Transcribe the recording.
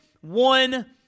one